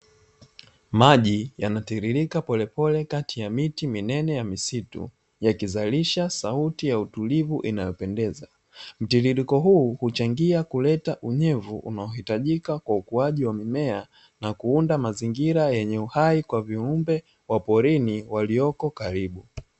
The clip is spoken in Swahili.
Maji yanatiririka pole pole kati ya miti minene ya misitu, yakizalisha sauti ya utulivu inayopendeza. Mtiririko huu kuchangia kuleta unyevu unaohitajika kwa ukuaji wa mimea, na kuunda mazingira yenye uhai kwa viumbe wa porini walioko karibu.